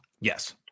Yes